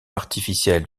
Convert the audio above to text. artificielle